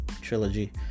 trilogy